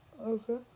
Okay